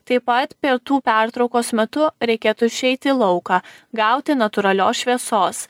taip pat pietų pertraukos metu reikėtų išeiti į lauką gauti natūralios šviesos